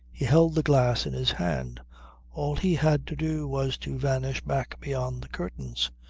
he held the glass in his hand all he had to do was to vanish back beyond the curtains,